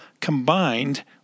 combined